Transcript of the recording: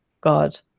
God